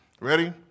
Ready